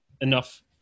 enough